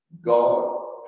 God